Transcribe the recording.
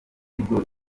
nibwo